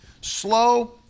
Slow